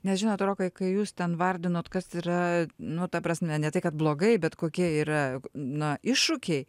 nes žinot rokai kai jūs ten vardinot kas yra nu ta prasme ne tai kad blogai bet kokie yra na iššūkiai